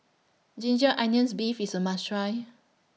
Ginger Onions Beef IS A must Try